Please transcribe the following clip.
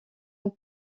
ans